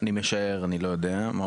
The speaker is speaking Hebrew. אז אולי מישהו טעה.